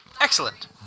Excellent